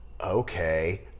Okay